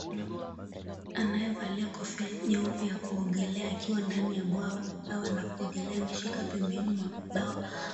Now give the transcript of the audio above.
Mwanamke anayevalia kofia nyeupe ya kuogelea akiwa ndani ya bwawa la kuogelea , ameshika pembeni mwa